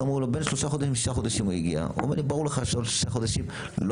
אמרו לו שיגיע בין שלושה חודשים לשישה חודשים.